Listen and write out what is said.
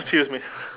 excuse me